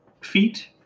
feet